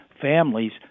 families